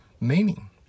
meaning